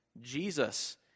Jesus